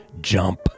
jump